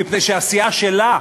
מפני שהסיעה שלה,